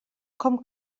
com